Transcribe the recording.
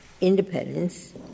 independence